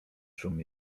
szum